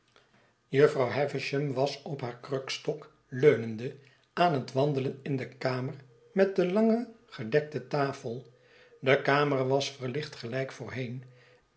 jufvrouw havisham was op haar krukstok leunende aan het wandelen in de kamer met de lange gedekte tafel de kamer was verlicht gelijk voorheen